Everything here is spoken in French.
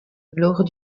lors